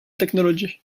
technology